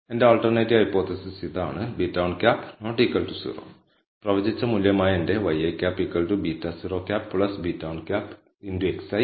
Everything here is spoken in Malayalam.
എന്റെ ആൾട്ടർനേറ്റീവ് ഹൈപോതെസിസ് ഇതാണ് β̂1≠0 പ്രവചിച്ച മൂല്യമായ എന്റെ ŷi β̂₀ β̂ 1xi ε i